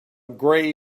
gray